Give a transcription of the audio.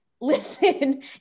listen